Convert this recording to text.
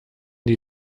die